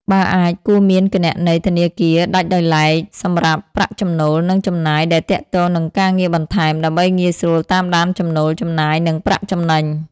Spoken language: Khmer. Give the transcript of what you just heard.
បើអាច គួរមានគណនីធនាគារដាច់ដោយឡែកសម្រាប់ប្រាក់ចំណូល និងចំណាយដែលទាក់ទងនឹងការងារបន្ថែម ដើម្បីងាយស្រួលតាមដានចំណូល ចំណាយ និងប្រាក់ចំណេញ។